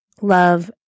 love